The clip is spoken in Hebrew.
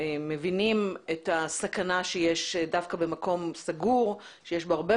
מבינים את הסכנה שיש דווקא במקום סגור שיש בו הרבה